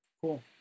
Cool